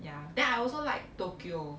ya then I also like tokyo